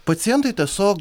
pacientai tiesiog